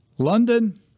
London